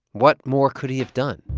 what more could he have done?